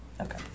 Okay